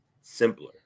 simpler